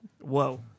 Whoa